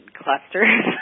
clusters